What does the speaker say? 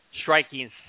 striking